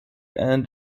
and